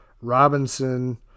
Robinson